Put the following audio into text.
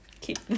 keep